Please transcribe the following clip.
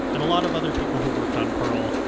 and a lot of other people have worked on perl,